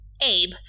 Abe